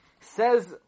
Says